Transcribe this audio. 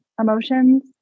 emotions